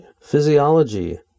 physiology